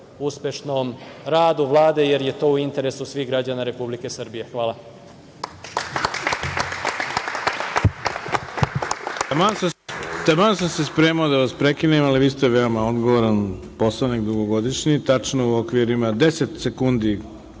uspešnom radu Vlade, jer je to u interesu svih građana Republike Srbije. Hvala.